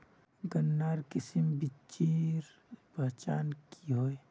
गन्नात किसम बिच्चिर पहचान की होय?